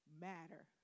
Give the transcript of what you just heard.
matter